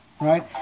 right